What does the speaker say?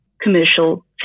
commercial